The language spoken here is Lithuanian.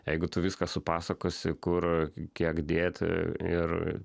jeigu tu viską supasakosi kur kiek dėti ir